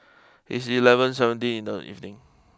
it's eleven seventeen in the evening